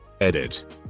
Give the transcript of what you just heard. Edit